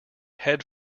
head